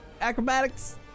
Acrobatics